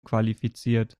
qualifiziert